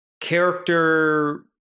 character